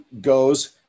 goes